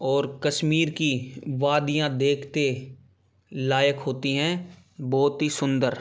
और कश्मीर की वादियाँ देखने लायक होती हैं बहुत ही सुंदर